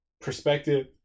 perspective